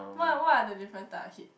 what what are the different type of hit